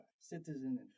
citizen